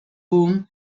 bohm